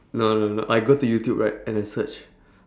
no no no I go to youtube right and I search